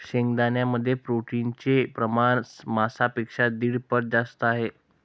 शेंगदाण्यांमध्ये प्रोटीनचे प्रमाण मांसापेक्षा दीड पट जास्त आहे